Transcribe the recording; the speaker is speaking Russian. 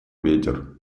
ветер